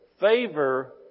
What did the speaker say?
Favor